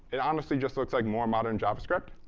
it honestly just looks like more modern javascript.